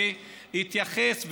שהתייחס,